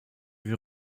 wir